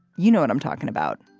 you know what i'm talking about?